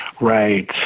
Right